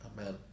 Amen